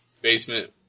basement